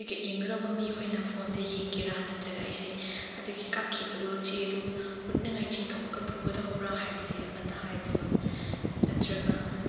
ticket ꯌꯦꯡꯒꯗꯧꯕ ꯃꯤꯈꯣꯏꯅ ꯐꯣꯟꯗ ꯌꯦꯡꯒꯦꯔ ꯅꯠꯇ꯭ꯔꯒ ꯑꯩꯁꯦ ꯑꯗꯨꯒꯤ ꯀꯛꯈꯤꯕꯗꯣ ꯆꯦꯗꯣ ꯎꯠꯅꯉꯥꯏ ꯆꯤꯡꯊꯣꯛꯑꯒ ꯄꯨꯒꯗꯧꯕ꯭ꯔ ꯍꯥꯏꯕꯁꯦ ꯑꯃꯠꯇ ꯍꯥꯏꯕꯤꯌꯨ ꯅꯠꯇ꯭ꯔꯒ